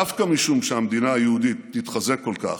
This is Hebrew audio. דווקא משום שהמדינה היהודית תתחזק כל כך,